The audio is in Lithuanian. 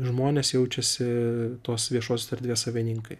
žmonės jaučiasi tos viešosios erdvės savininkai